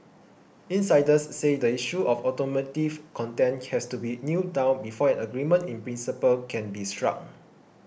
insiders say the issue of automotive content has to be nailed down before an agreement in principle can be struck